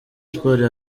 sports